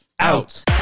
out